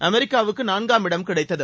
அமெரிக்காவுக்கு நான்காம் இடம் கிடைத்தது